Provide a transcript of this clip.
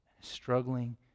struggling